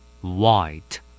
White